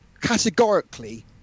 categorically